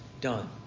done